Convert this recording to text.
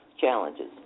challenges